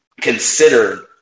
consider